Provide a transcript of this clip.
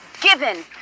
given